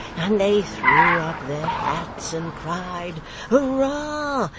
and they threw up their hats and cried hurrah!